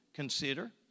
Consider